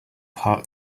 heart